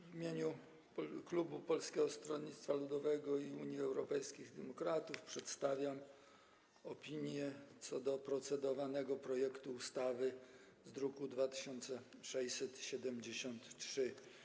W imieniu klubu Polskiego Stronnictwa Ludowego - Unii Europejskich Demokratów przedstawiam opinię co do procedowanego projektu ustawy z druku nr 2673.